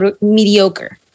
mediocre